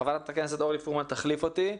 חברת הכנסת אורלי פרומן תחליף אותי,